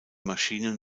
maschinen